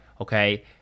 Okay